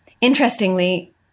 Interestingly